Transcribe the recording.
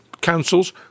councils